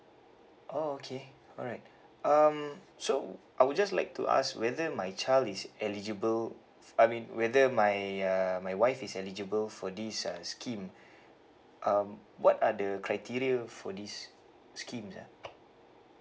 oh okay alright um so I would just like to ask whether my child is eligible I mean whether my uh my wife is eligible for this uh scheme um what are the criteria for this schemes ah